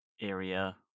area